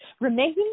Remaining